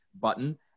button